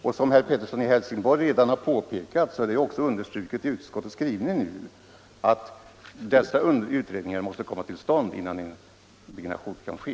Och som herr Pettersson i Helsingborg redan har påpekat är det också understruket i utskottets skrivning att dessa utredningar måste komma till stånd innan en byggnation kan ske.